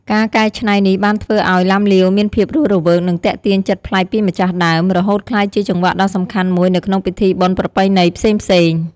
ការកែច្នៃនេះបានធ្វើឲ្យ ឡាំលាវមានភាពរស់រវើក និងទាក់ទាញចិត្តប្លែកពីម្ចាស់ដើម រហូតក្លាយជាចង្វាក់ដ៏សំខាន់មួយនៅក្នុងពិធីបុណ្យប្រពៃណីផ្សេងៗ។